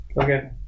Okay